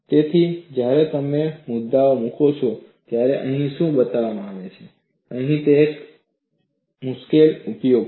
તેથી જ્યારે તમે તે મુદ્દાઓ મૂકો છો ત્યારે અહીં શું બતાવવામાં આવે છે અને તે એક મુશ્કેલ પ્રયોગ છે